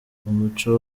umuco